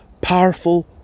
powerful